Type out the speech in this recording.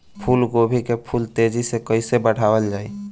फूल गोभी के फूल तेजी से कइसे बढ़ावल जाई?